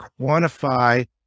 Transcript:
quantify